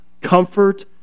comfort